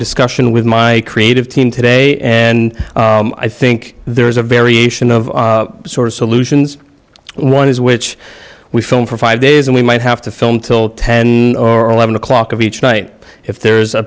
discussion with my creative team today and i think there is a variation of sort of solutions one is which we film for five days and we might have to film till ten or eleven o'clock of each night if there's a